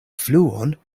fluon